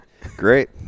Great